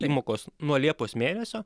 įmokos nuo liepos mėnesio